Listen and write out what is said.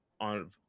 on